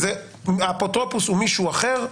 כשהאפוטרופוס הוא מישהו אחר,